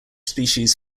species